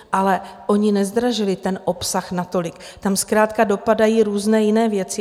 Ale oni nezdražili obsah natolik, tam zkrátka dopadají různé jiné věci.